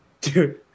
Dude